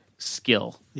skill